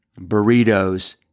burritos